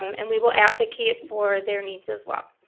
um and we will advocate for their needs as well.